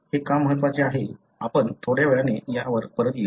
हे का महत्त्वाचे आहे आपण थोड्या वेळाने यावर परत येऊ